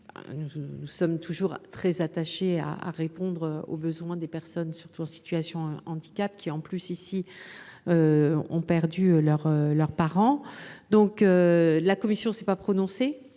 nous sommes toujours très attachés à répondre aux besoins des personnes en situation de handicap, surtout lorsqu’elles ont perdu leurs parents. La commission ne s’est pas prononcée